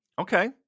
Okay